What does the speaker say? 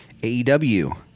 AEW